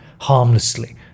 harmlessly